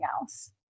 else